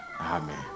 Amen